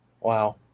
Wow